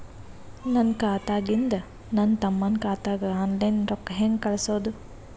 ನನ್ನ ಖಾತಾದಾಗಿಂದ ನನ್ನ ತಮ್ಮನ ಖಾತಾಗ ಆನ್ಲೈನ್ ರೊಕ್ಕ ಹೇಂಗ ಕಳಸೋದು?